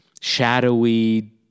shadowy